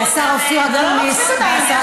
השר אופיר אקוניס והשרה,